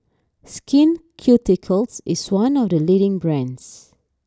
Skin Ceuticals is one of the leading brands